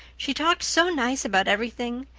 she talked so nice about everything.